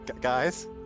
guys